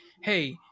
hey